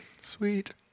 sweet